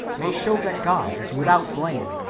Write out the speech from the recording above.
may show that god is without blame,